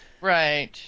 right